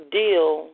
deal